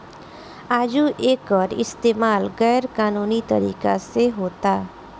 आजो एकर इस्तमाल गैर कानूनी तरीका से होता